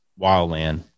wildland